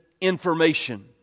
information